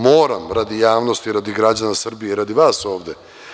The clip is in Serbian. Moram radi javnosti, radi građana Srbije i radi vas ovde.